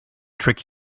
trick